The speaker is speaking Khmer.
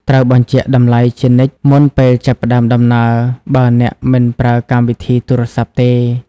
ត្រូវបញ្ជាក់តម្លៃជានិច្ចមុនពេលចាប់ផ្តើមដំណើរ បើអ្នកមិនប្រើកម្មវិធីទូរស័ព្ទទេ។